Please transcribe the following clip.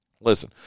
Listen